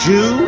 Jew